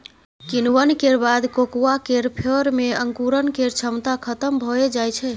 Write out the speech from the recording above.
किण्वन केर बाद कोकोआ केर फर मे अंकुरण केर क्षमता खतम भए जाइ छै